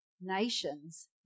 nations